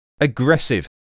aggressive